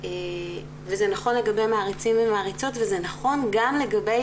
וזה נכון לגבי מעריצים ומעריצות וזה נכון גם לגבי